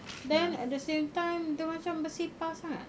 then at the same time dia macam bersepah sangat